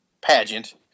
pageant